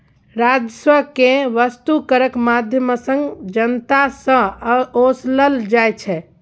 राजस्व केँ बस्तु करक माध्यमसँ जनता सँ ओसलल जाइ छै